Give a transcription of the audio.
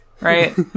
right